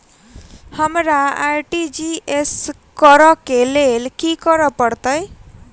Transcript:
हमरा आर.टी.जी.एस करऽ केँ लेल की करऽ पड़तै?